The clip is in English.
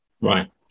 Right